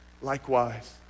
Likewise